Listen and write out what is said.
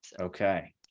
okay